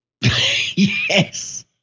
Yes